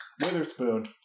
Witherspoon